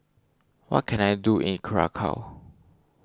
what can I do in Curacao